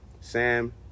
Sam